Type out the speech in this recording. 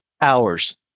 hours